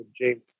James